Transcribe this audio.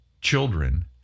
children